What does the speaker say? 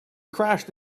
crashed